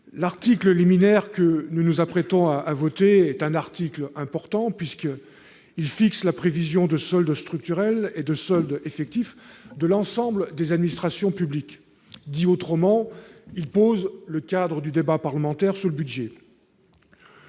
L'article liminaire que nous nous apprêtons à voter est important ; il fixe en effet la prévision de soldes structurel et effectif de l'ensemble des administrations publiques. Dit autrement, il pose le cadre du débat parlementaire sur le projet